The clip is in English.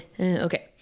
okay